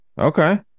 okay